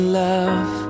love